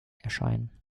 erscheinen